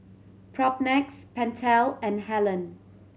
Propnex Pentel and Helen